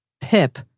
Pip